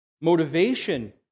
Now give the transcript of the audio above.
motivation